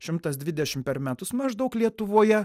šimtas dvidešim per metus maždaug lietuvoje